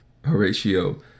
Horatio